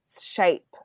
shape